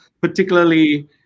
particularly